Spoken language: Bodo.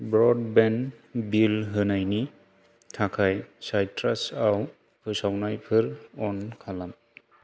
ब्रडबेन्ड बिल होनायनि थाखाय साइट्रासआव फोसावनायफोर अन खालाम